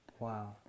Wow